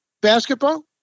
basketball